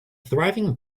thriving